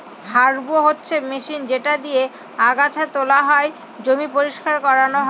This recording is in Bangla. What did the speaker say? হাররো হচ্ছে মেশিন যেটা দিয়েক আগাছা তোলা হয়, জমি পরিষ্কার করানো হয়